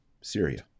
Syria